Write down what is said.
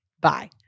Bye